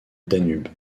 danube